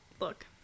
look